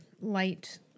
light